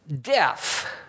death